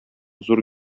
зур